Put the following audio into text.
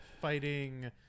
fighting